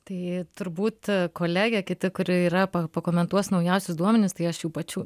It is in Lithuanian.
tai turbūt kolegė kiti kuri yra pakomentuos naujausius duomenis tai aš jų pačių